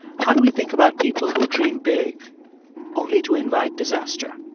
how do we think about people who dream big only to invite disaster?